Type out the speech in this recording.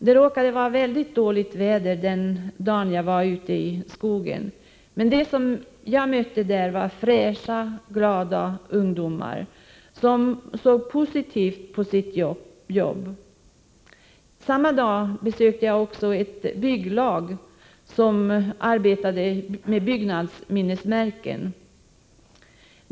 Det råkade vara mycket dåligt väder den dag då jag var ute i skogen, men de som var där var fräscha, glada ungdomar som såg positivt på sitt jobb. Samma dag besökte jag också ett bygglag som arbetade med byggnadsminnesmärken.